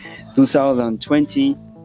2020